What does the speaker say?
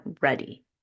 ready